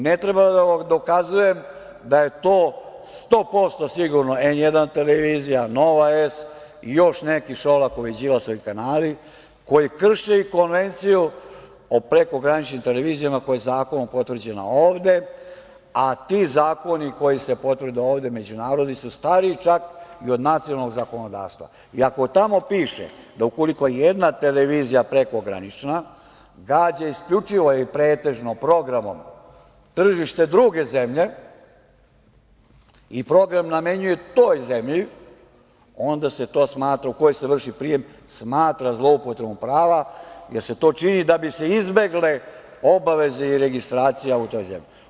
Ne treba da vam dokazujem da je to 100% sigurno, „N1“ televizija, „Nova S“ i još neki Šolakovi i Đilasovi kanali koji krše i Konvenciju o prekograničnim televizijama koja je zakonom potvrđena ovde, a ti zakoni koji se potvrde ovde međunarodni su stariji čak i od nacionalnog zakonodavstva, I ako tamo piše da ukoliko jedna televizija prekogranična gađa isključivo i pretežno programom tržište druge zemlje i program namenjuje toj zemlji u kojoj se vrši prijem, onda se to smatra zloupotrebom prava, jer se to čini da bi se izbegle obaveze i registracija u toj zemlji.